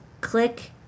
click